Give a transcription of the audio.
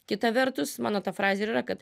kita vertus mano ta frazė ir yra kad